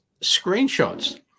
screenshots